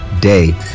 Day